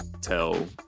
tell